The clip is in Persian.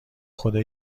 خدا